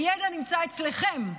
הידע נמצא אצלכם,